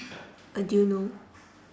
uh do you know